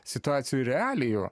situacijų realijų